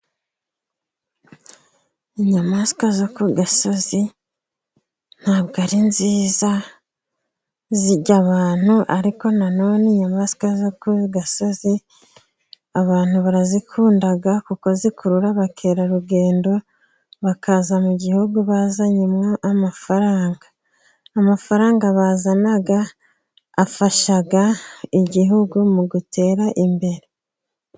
Inyamaswa zo ku gasozi ntabwo ari nziza zirya abantu, ariko nanone inyamaswa zo ku gasozi abantu barazikunda kuko zikurura abakerarugendo bakaza mu gihugu bazanyemo amafaranga. Amafaranga bazana afasha igihugu mu gutera imbere.